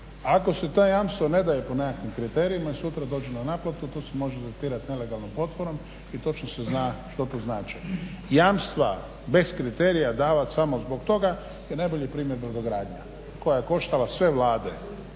ako se to jamstvo ne daje po nekakvim kriterijima i sutra dođe na naplatu tu se može dotirat nelegalnom potporom i točno se zna što to znači. Jamstva bez kriterija davat samo zbog toga je najbolji primjer brodogradnja koja je koštala sve Vlade